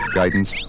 guidance